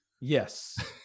Yes